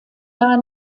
jahr